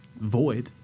void